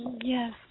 Yes